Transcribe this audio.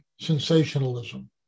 sensationalism